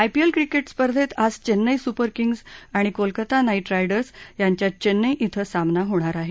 IPL cricket स्पर्धेत आज Chennai super kings आणि कोलकाता नाईट रायडर्स यांच्यात चेन्नई क्वे सामना होणार आहे